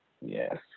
yes